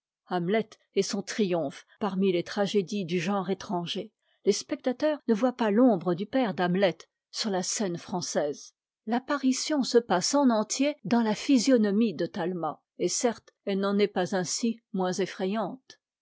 hamlet est son triomphe parmi les tragédies du genre étranger les spectateurs ne voient pas l'ombre du père d'hamlet sur la scène française l'apparition se passe en entier dans la physionomie de talma et certes elle n'en est pas ainsi moins effrayante